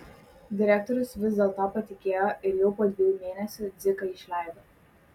direktorius vis dėl to patikėjo ir jau po dviejų mėnesių dziką išleido